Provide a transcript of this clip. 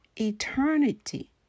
eternity